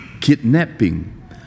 kidnapping